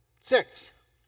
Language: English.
Six